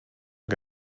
que